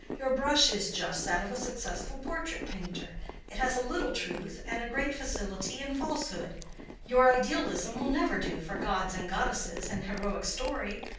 your brush is just that of a successful portrait-painter it has a little truth and a great facility in falsehood your idealism will never do for gods and goddesses and heroic story,